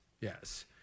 Yes